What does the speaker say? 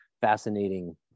fascinating